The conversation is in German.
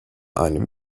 ein